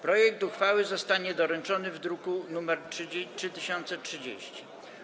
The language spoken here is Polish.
Projekt uchwały został doręczony w druku nr 3030.